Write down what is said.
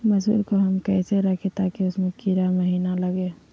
मसूर को हम कैसे रखे ताकि उसमे कीड़ा महिना लगे?